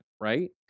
right